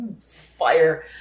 fire